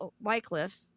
Wycliffe